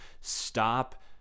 stop